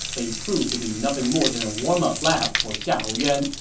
but he proved to be nothing more than a warmup lap for xiahou yuan,